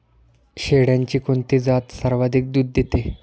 शेळ्यांची कोणती जात सर्वाधिक दूध देते?